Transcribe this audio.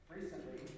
Recently